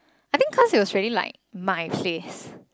I think 'cause it's already like my place